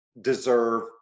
deserve